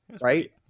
right